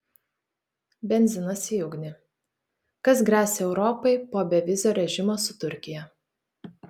benzinas į ugnį kas gresia europai po bevizio režimo su turkija